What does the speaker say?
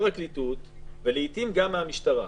מהפרקליטות, ולעתים גם מהמשטרה.